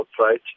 outside